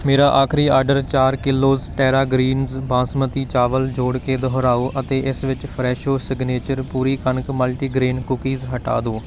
ਮੇਰਾ ਆਖ਼ਰੀ ਆਰਡਰ ਚਾਰ ਕਿਲੋਜ਼ ਟੈਰਾ ਗ੍ਰੀਨਜ਼ ਬਾਸਮਤੀ ਚਾਵਲ ਜੋੜ ਕੇ ਦੁਹਰਾਓ ਅਤੇ ਇਸ ਵਿੱਚ ਫਰੈਸ਼ੋ ਸਿਗਨੇਚਰ ਪੂਰੀ ਕਣਕ ਮਲਟੀਗ੍ਰੇਨ ਕੂਕੀਜ਼ ਹਟਾ ਦਿਓ